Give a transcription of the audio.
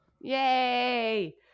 Yay